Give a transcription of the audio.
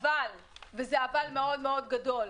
אבל, וזה אבל מאוד מאוד גדול,